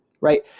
right